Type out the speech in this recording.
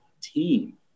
team